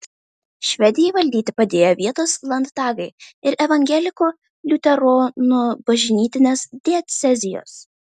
švedijai valdyti padėjo vietos landtagai ir evangelikų liuteronų bažnytinės diecezijos